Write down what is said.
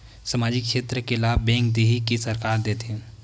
सामाजिक क्षेत्र के लाभ बैंक देही कि सरकार देथे?